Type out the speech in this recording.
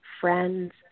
friends